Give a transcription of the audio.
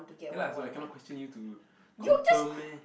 ya lah so I cannot question you to confirm meh